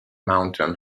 mountain